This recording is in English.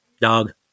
dog